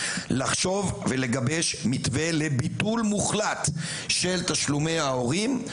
לחשוב ולגבש מתווה לביטול מוחלט של תשלומי ההורים.